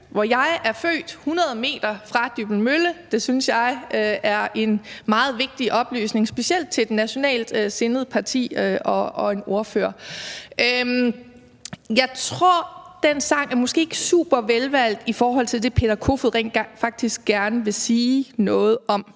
hvor jeg er født, 100 m fra Dybbøl Mølle. Det synes jeg er en meget vigtig oplysning, specielt til et nationalt sindet parti og til ordføreren. Jeg tror, at den sang måske ikke er super velvalgt i forhold til det, hr. Peter Kofod rent faktisk gerne vil sige noget om,